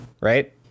right